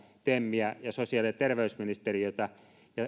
temiä ja sosiaali ja terveysministeriötä